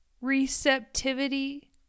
receptivity